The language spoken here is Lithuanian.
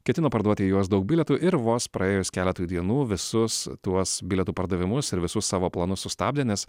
ketino parduoti į juos daug bilietų ir vos praėjus keletui dienų visus tuos bilietų pardavimus ir visus savo planus sustabdė nes